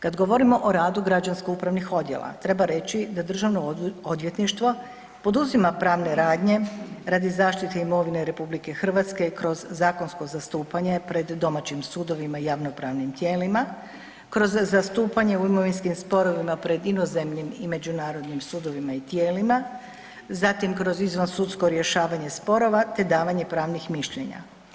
Kad govorimo o radu građansko-upravnih odjela, treba reći da Državno odvjetništvo poduzima pravne radnje radi zaštite imovine RH kroz zakonsko zastupanje pred domaćim sudovima i javno-pravnim tijelima, kroz zastupanje u imovinskim sporovima pred inozemnih i međunarodnim sudovima i tijelima, zatim kroz izvan sudsko rješavanje sporova te davanje pravnih mišljenja.